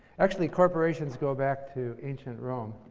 actually, corporations go back to ancient rome